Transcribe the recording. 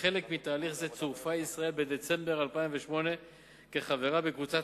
כחלק מתהליך זה צורפה ישראל בדצמבר 2008 כחברה בקבוצת